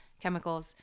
chemicals